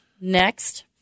next